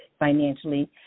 Financially